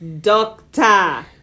doctor